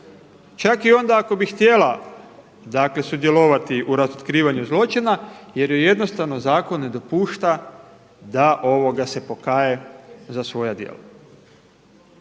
čak i onda ako bi htjela sudjelovati u razotkrivanju zločina jer joj jednostavno zakon ne dopušta da se pokaje za svoja djela.